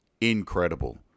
incredible